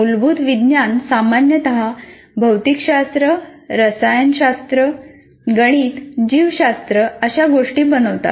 मूलभूत विज्ञान सामान्यत भौतिकशास्त्र रसायनशास्त्र गणित जीवशास्त्र अशा गोष्टी बनवतात